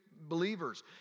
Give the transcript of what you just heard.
believers